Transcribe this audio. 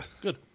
Good